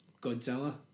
Godzilla